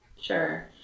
Sure